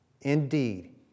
Indeed